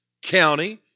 county